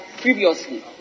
previously